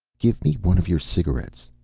give me one of your cigarettes,